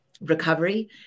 recovery